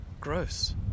gross